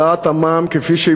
העלאת המע"מ כפי שהיא